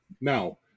Now